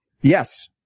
Yes